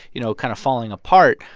you know, kind of falling apart.